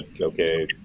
okay